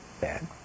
bad